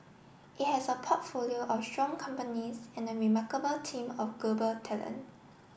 it has a portfolio of strong companies and a remarkable team of global talent